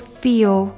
feel